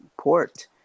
port